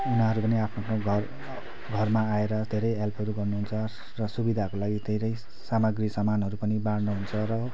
उनिहरू पनि आफ्नो घर घरमा आएर धेरै हेल्पहरू गर्नुहुन्छ र सुविधाहरूको लागि धेरै सामाग्री समानहरू पनि बाड्नुहुन्छ र